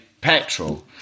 petrol